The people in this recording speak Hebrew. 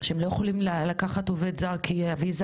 שהם לא יכולים לקחת עובד זר כי הוויזה